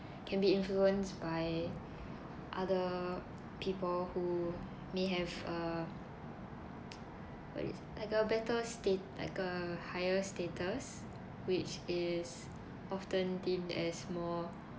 can be influenced by other people who may have a it's like a better state like a higher status which is often deemed as more